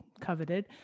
coveted